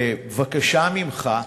בבקשה ממך: